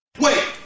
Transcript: wait